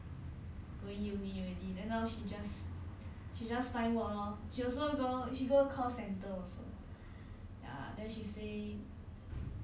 mm actually I got one classmate she also like no intention of going uni already then hor she just